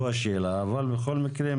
בכל מקרה,